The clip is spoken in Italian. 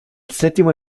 settimo